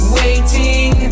waiting